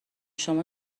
شما